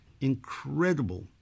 incredible